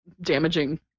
damaging